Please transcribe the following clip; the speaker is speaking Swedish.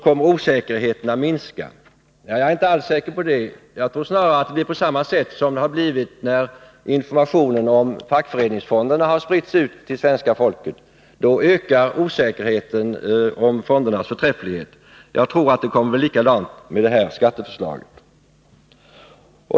Jag är inte alls säker på det. Jag tror snarare att det blir på samma sätt som det blev när informationen om fackföreningsfonderna spreds ut till svenska folket. Då ökade osäkerheten om fondernas förträfflighet. Jag tror att det kommer att bli likadant med skatteförslaget.